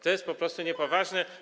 To jest po prostu niepoważne.